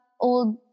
old